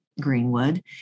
Greenwood